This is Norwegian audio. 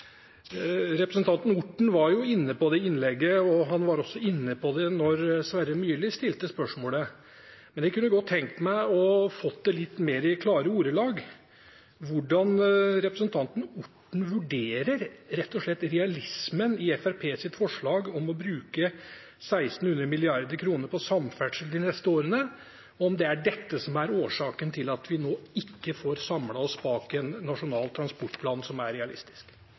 Representanten Orten var inne på det i innlegget, og han var også inne på det da Sverre Myrli stilte spørsmålet. Men jeg kunne godt ha tenkt meg å få det litt mer i klare ordelag hvordan representanten Orten rett og slett vurderer realismen i Fremskrittspartiets forslag om å bruke 1 600 mrd. kr på samferdsel de neste årene, og om det er dette som er årsaken til at vi nå ikke får samlet oss bak en nasjonal transportplan som er realistisk.